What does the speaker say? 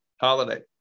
holiday